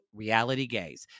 RealityGaze